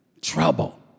Trouble